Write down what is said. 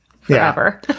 forever